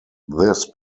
this